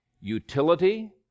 utility